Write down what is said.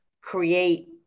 create